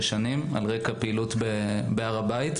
שש שנים על רקע פעילות בהר הבית,